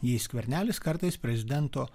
jei skvernelis kartais prezidento